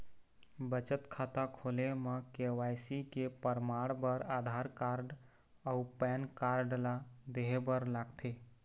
बचत खाता खोले म के.वाइ.सी के परमाण बर आधार कार्ड अउ पैन कार्ड ला देहे बर लागथे